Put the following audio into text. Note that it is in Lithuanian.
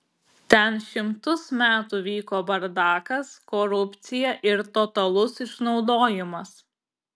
ten šimtus metų vyko bardakas korupcija ir totalus išnaudojimas